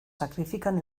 sacrifican